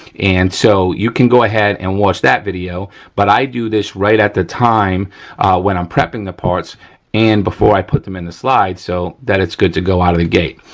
and so, you can go ahead and watch that video but i do this right at the time when i'm prepping the parts and before i put them in the slides so that it's good to go out of the gate.